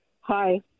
Hi